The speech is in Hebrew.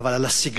אבל על הסגנון